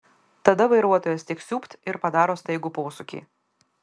tada vairuotojas tik siūbt ir padaro staigų posūkį